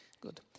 good